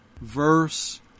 verse